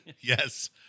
Yes